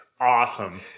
Awesome